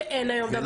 כשאין היום דבר כזה.